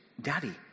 Daddy